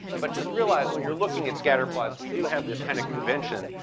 but just realize, when you're looking at scatterplots, we do have this kind of convention